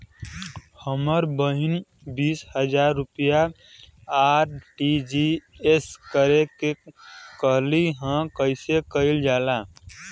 हमर बहिन बीस हजार रुपया आर.टी.जी.एस करे के कहली ह कईसे कईल जाला?